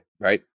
right